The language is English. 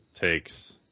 takes